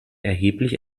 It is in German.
erheblich